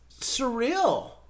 surreal